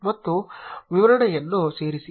ಮತ್ತು ವಿವರಣೆಯನ್ನು ಸೇರಿಸಿ